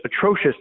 atrocious